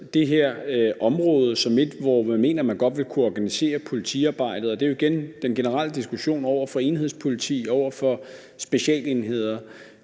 man mener, at man godt vil kunne organisere politiarbejdet, og det er jo igen den generelle diskussion om enhedspoliti over for specialenheder.